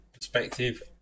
perspective